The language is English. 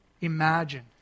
imagine